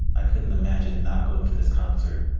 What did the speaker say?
i couldn't imagine not going to this concert